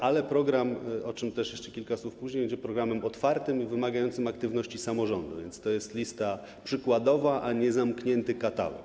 Ale program, o czym jeszcze kilka słów później, będzie programem otwartym, wymagającym aktywności samorządu, więc to jest lista przykładowa, a nie zamknięty katalog.